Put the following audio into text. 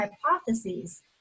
hypotheses